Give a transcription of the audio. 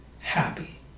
happy